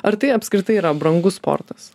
ar tai apskritai yra brangus sportas